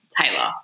Taylor